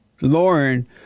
Lauren